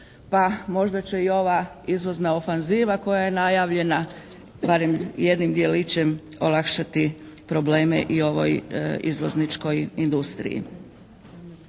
možda će i ova izvozna ofanziva koja je najavljena barem jednim djelićem olakšati probleme i ovog izvozničkoj industriji.